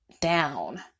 down